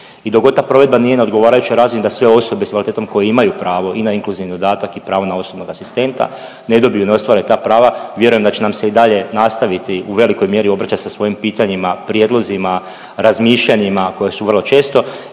i dok god ta provedba nije na odgovarajućoj razini da sve osobe s invaliditetom koje imaju pravo i na inkluzivni dodatak i pravo na osobnog asistenta, ne dobiju, ne ostvare ta prava, vjerujem da će nam se i dalje nastaviti u velikoj mjeri obraćati sa svojim pitanjima, prijedlozima, razmišljanjima koja su vrlo često